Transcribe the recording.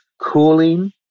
cooling